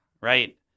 Right